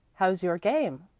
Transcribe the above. how's your game?